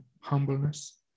humbleness